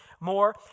more